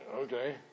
Okay